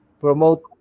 promote